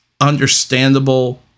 understandable